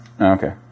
Okay